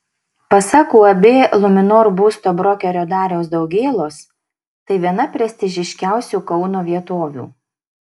pasak uab luminor būsto brokerio dariaus daugėlos tai viena prestižiškiausių kauno vietovių